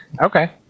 Okay